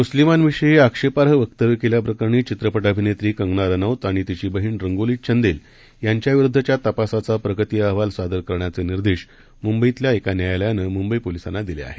मुस्लिमांविषयी आक्षेपार्ह वक्तव्य केल्याप्रकरणी चित्रपट अभिनेत्री कंगना रनौत आणि तिची बहिण रंगोली चंदेल यांच्याविरुद्धच्या तपासाचा प्रगती अहवाल सादर करण्याचे निर्देश मुंबईतल्या एका न्यायालयानं मुंबई पोलिसांना दिले आहेत